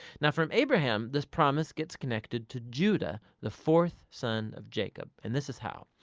now from abraham this promise gets connected to judah, the fourth son of jacob. and this is how.